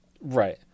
right